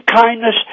kindness